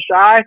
shy